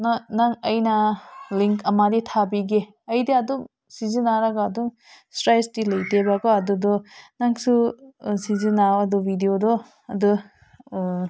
ꯅꯪ ꯅꯪ ꯑꯩꯅ ꯂꯤꯡꯛ ꯑꯃꯗꯤ ꯊꯥꯕꯤꯒꯦ ꯑꯩꯗꯤ ꯑꯗꯨꯝ ꯁꯤꯖꯤꯟꯅꯔꯒ ꯑꯗꯨꯝ ꯏꯁꯇ꯭ꯔꯦꯁꯇꯤ ꯂꯩꯇꯦꯕꯀꯣ ꯗꯨꯗꯣ ꯅꯪꯁꯨ ꯁꯤꯖꯤꯟꯅꯧꯑꯣ ꯑꯗꯨ ꯕꯤꯗꯤꯑꯣꯗꯣ ꯑꯗꯨ